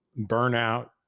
burnout